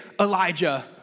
Elijah